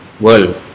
world